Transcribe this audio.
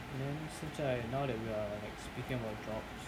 then 现在 now that you are speaking about jobs